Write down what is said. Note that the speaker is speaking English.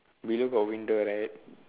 below got window right